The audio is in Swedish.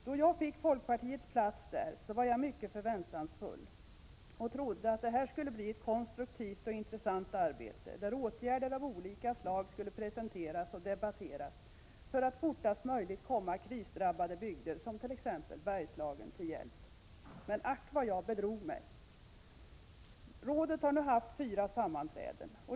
Då jag fick folkpartiets plats där var jag mycket förväntansfull och trodde att det skulle bli ett konstruktivt och intressant arbete, där åtgärder av olika slag skulle presenteras och debatteras för att fortast möjligt komma krisdrabbade bygder, som t.ex. Bergslagen, till hjälp. Men, ack vad jag bedrog mig! Rådet har nu haft fyra sammanträden.